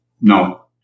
No